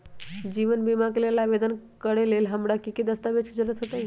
जीवन बीमा के लेल आवेदन करे लेल हमरा की की दस्तावेज के जरूरत होतई?